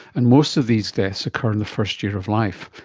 and most of these deaths occur in the first year of life.